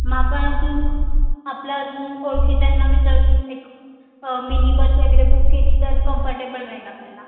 मग आपण इथून आपल्या अजून ओळखीच्यांना विचारून एक मिनी बस वगैरे बुक केली तर कम्फर्टेबल राहील आपल्याला